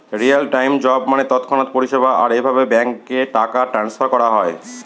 real time job মানে তৎক্ষণাৎ পরিষেবা, আর এভাবে ব্যাঙ্কে টাকা ট্রান্সফার করা হয়